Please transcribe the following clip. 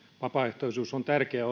vapaaehtoisuus on tärkeä